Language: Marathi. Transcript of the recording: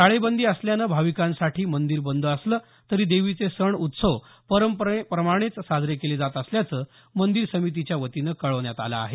टाळेबंदी असल्यामुळे भाविकांसाठी मंदीर बंद असलं तरी देवीचे सण उत्सव परंपरेप्रमाणे साजरे केले जात असल्याचं मंदिर समितीच्या वतीनं कळवण्यात आलं आहे